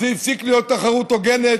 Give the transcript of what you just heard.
הפסיקה להיות תחרות הוגנת.